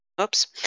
Oops